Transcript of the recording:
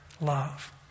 love